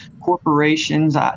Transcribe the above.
corporations